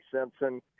Simpson